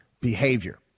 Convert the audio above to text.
behavior